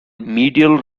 medial